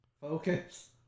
focus